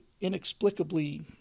inexplicably